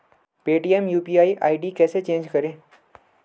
Paytm UPI ID कैसे change करें?